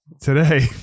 Today